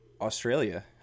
Australia